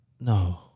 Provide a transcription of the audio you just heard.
No